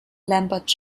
lambert